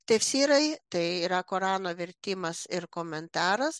tesyrai tai yra korano vertimas ir komentaras